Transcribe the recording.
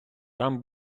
там